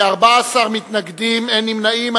14 מתנגדים, אין נמנעים.